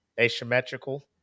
asymmetrical